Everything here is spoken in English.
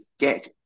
get